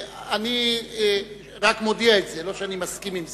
אני רק מודיע את זה, לא שאני מסכים עם זה.